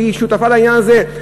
שהיא שותפה לעניין הזה,